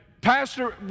Pastor